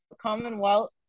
Commonwealth